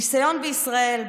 הניסיון בישראל,